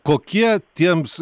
kokie tiems